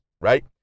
right